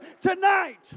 tonight